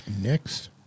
Next